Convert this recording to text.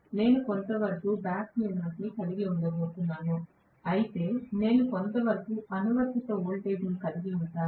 నేను కొంతవరకు back EMF ను కలిగి ఉండబోతున్నాను అయితే నేను కొంతవరకు అనువర్తిత వోల్టేజ్ను కలిగి ఉంటాను